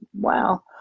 Wow